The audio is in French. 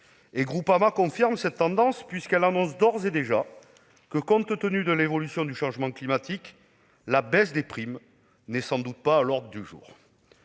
Et Groupama confirme cette tendance, puisqu'elle souligne d'ores et déjà, compte tenu de l'évolution du changement climatique, que la baisse des primes n'est sans doute pas à l'ordre du jour.